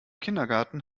kindergarten